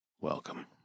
welcome